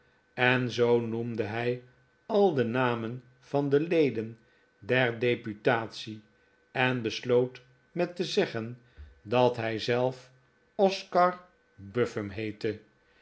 en zoo noemde hij al de namen van de leden der deputatie en besloot met te zeggen dat hij zelf oscar buffum heette